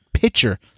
Pitcher